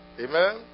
Amen